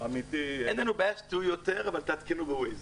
אין לנו בעיה שתהיו יותר, אבל תעדכנו בווייז.